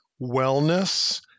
wellness